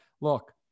look